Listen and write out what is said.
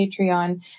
Patreon